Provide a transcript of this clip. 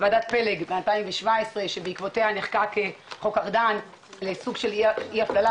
ועדת פלג מ-2017 שבעקבותיה נחקק חוק ארדן לסוג של אי-הפללה,